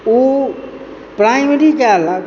ओ primary के अलग